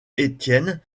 étienne